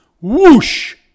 Whoosh